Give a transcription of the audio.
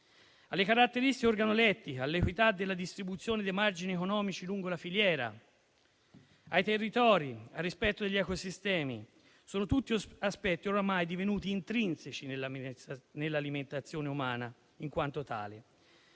alle caratteristiche organolettiche, all'equità della distribuzione dei margini economici lungo la filiera, ai territori e al rispetto degli ecosistemi, siano tutti aspetti ormai divenuti intrinseci nell'alimentazione umana in quanto tale.